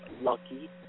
lucky